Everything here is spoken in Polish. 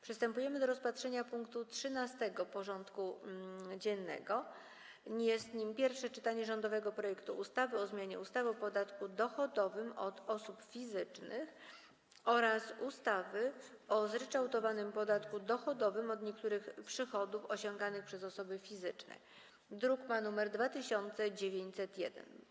Przystępujemy do rozpatrzenia punktu 13. porządku dziennego: Pierwsze czytanie rządowego projektu ustawy o zmianie ustawy o podatku dochodowym od osób fizycznych oraz ustawy o zryczałtowanym podatku dochodowym od niektórych przychodów osiąganych przez osoby fizyczne (druk nr 2901)